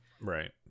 right